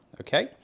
okay